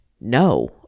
no